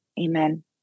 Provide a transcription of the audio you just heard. Amen